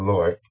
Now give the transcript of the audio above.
Lord